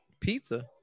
Pizza